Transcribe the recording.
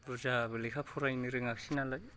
बुरजाबो लेखा फरायनो रोङासै नालाय